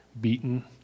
beaten